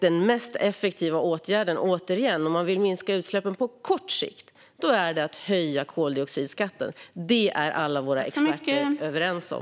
Den mest effektiva åtgärden, återigen, om man vill minska utsläppen på kort sikt är att höja koldioxidskatten. Det är alla våra experter överens om.